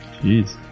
Jeez